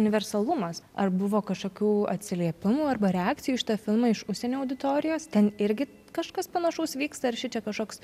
universalumas ar buvo kažkokių atsiliepimų arba reakcijų į šitą filmą iš užsienio auditorijos ten irgi kažkas panašaus vyksta ir šičia kažkoks